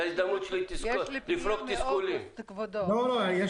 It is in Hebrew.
יש לי פניה מאוגוסט, כבודו.